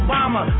Obama